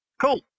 Cool